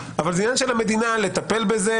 אבל זה עניין של המדינה לטפל בזה,